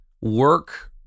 work